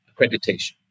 accreditation